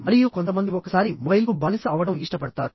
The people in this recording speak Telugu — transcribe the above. మరియు కొంతమంది ఒకసారి మొబైల్కు బానిస అవడం ఇష్టపడతారు